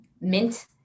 Mint